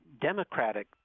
Democratic